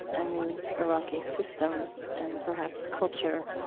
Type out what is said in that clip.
a new iraqi system and perhaps culture.